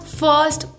first